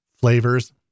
flavors